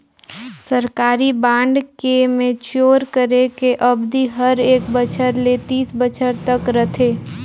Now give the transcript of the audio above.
सरकारी बांड के मैच्योर करे के अबधि हर एक बछर ले तीस बछर तक रथे